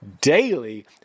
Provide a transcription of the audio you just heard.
daily